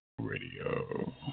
radio